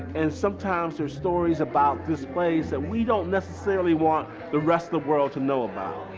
and sometimes there's stories about this place that we don't necessarily want the rest of the world to know about.